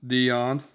Dion